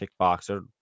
kickboxer